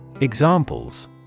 Examples